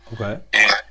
Okay